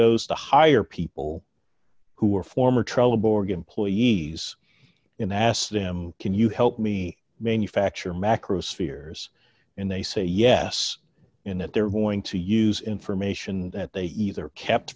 goes to hire people who are former trouble borg employees in ask them can you help me manufacture macro spheres and they say yes in that they're going to use information that they either kept